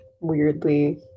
weirdly